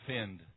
offend